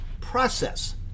process